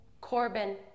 Corbin